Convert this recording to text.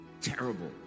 terrible